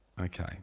Okay